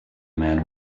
man